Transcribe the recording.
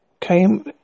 came